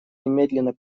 немедленно